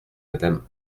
madame